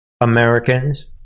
Americans